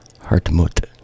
Hartmut